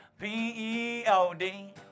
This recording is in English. P-E-O-D